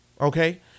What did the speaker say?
Okay